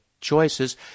choices